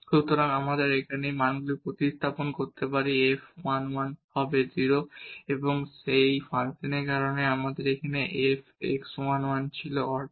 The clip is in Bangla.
সুতরাং আমরা এখানে এই মানগুলি প্রতিস্থাপন করতে পারি f 1 1 হবে 0 সেই ফাংশনের কারণে এবং এখানে f x 1 1 এ ছিল অর্ধেক